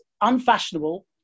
unfashionable